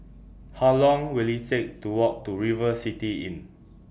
How Long Will IT Take to Walk to River City Inn